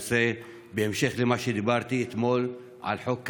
בהמשך למה שאמרתי אתמול על חוק קמיניץ.